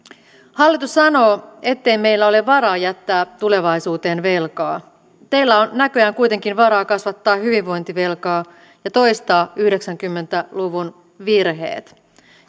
hallitus sanoo ettei meillä ole varaa jättää tulevaisuuteen velkaa teillä on näköjään kuitenkin varaa kasvattaa hyvinvointivelkaa ja toistaa yhdeksänkymmentä luvun virheet